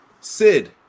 Sid